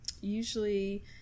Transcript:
usually